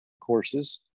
courses